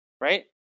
right